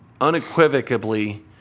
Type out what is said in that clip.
unequivocably